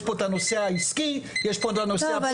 יש פה את הנושא העסקי, יש פה את הנושא הפוליטי,